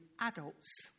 adults